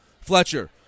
Fletcher